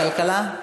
ועדת הכלכלה.